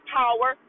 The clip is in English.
power